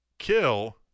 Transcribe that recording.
kill